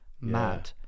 Mad